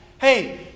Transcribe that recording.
Hey